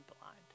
blind